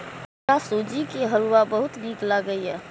हमरा सूजी के हलुआ बहुत नीक लागैए